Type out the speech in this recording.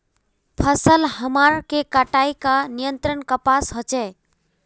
फसल हमार के कटाई का नियंत्रण कपास होचे?